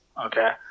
Okay